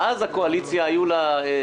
גם אז לקואליציה היו סיכומים.